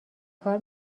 کار